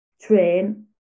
train